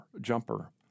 jumper